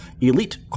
Elite